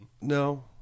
No